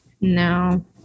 No